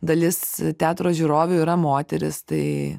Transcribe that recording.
dalis teatro žiūrovių yra moterys tai